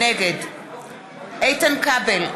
נגד איתן כבל,